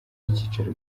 icyicaro